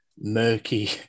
murky